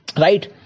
right